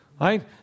Right